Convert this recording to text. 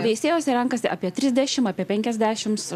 veisiejuose renkasi apie trisdešim apie penkiasdešims